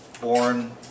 born